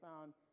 found